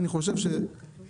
אני חושב שדעתה